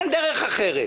אין דרך אחרת.